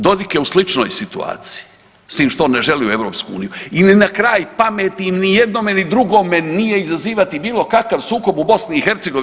Dodik je u sličnoj situaciji s tim što on ne želi u EU i ni na kraj pameti im ni jednome ni drugome nije izazivati bilo kakav sukob u BiH.